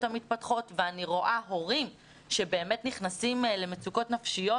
המתפתחות ואני רואה הורים שבאמת נכנסים למצוקות נפשיות,